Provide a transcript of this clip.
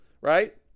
Right